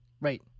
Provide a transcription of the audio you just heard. Right